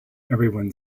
everyone